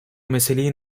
meseleyi